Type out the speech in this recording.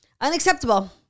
unacceptable